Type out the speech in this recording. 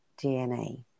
DNA